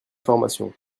formation